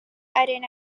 haren